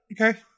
Okay